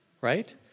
Right